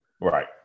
Right